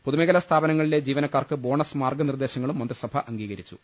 പൊതു മേഖലാ സ്ഥാപനങ്ങളിലെ ജീവനക്കാർക്ക് ബോണസ് മാർഗ്ഗ നിർദ്ദേശങ്ങളും മന്ത്രിസഭ അംഗീകരിച്ചു